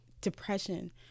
depression